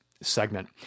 segment